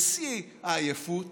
בשיא העייפות